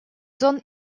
зон